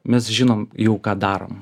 mes žinom jau ką darom